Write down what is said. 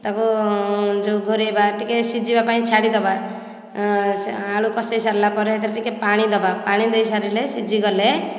ତାକୁ ଯେଉଁ ଘୋଡ଼େଇବା ଟିକେ ସିଝିବା ପାଇଁ ଛାଡ଼ିଦେବା ଆଳୁ କସେଇ ସାରିଲା ପରେ ସେଥିରେ ଟିକେ ପାଣି ଦେବା ପାଣି ଦେଇ ସାରିଲେ ସିଝିଗଲେ